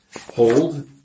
Hold